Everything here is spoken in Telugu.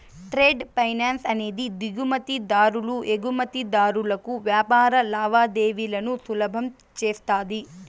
ట్రేడ్ ఫైనాన్స్ అనేది దిగుమతి దారులు ఎగుమతిదారులకు వ్యాపార లావాదేవీలను సులభం చేస్తది